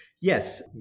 Yes